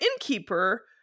innkeeper